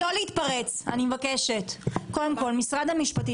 משרד המשפטים,